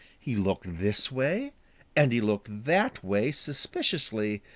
he looked this way and he looked that way suspiciously,